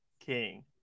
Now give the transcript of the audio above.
King